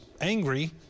angry